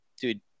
dude